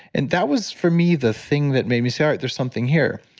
and that was for me, the thing that made me say, all right, there's something here.